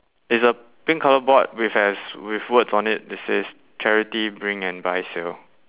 it's a pink colour board which has with words on it that says charity bring and buy sale